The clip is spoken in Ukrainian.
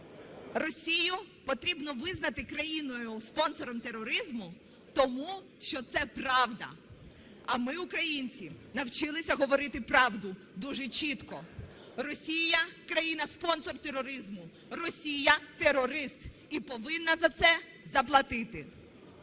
Росію потрібно визнати країною - спонсором тероризму, тому що це правда. А ми, українці, навчилися говорити правду дуже чітко. Росія – країна - спонсор тероризму, Росія – терорист і повинна за це заплатити.